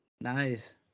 Nice